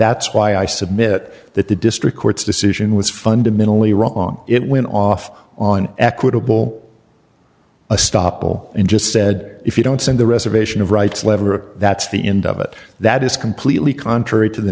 that's why i submit that the district court's decision was fundamentally wrong it went off on equitable a stoppel and just said if you don't send the reservation of rights level that's the end of it that is completely contrary to the